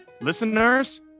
listeners